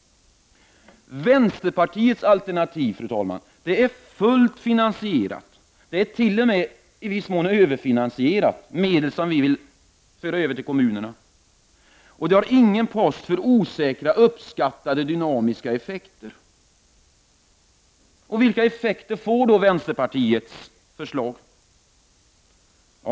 Vänsterpartiets alternativ är fullt finansierat, det är t.o.m. i viss mån överfinansierat, och dessa medel vill vi överföra till kommunerna. Och det finns inte någon post för osäkra uppskattade dynamiska effekter. Vilka effekter får vänsterpartiets förslag?